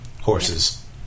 Horses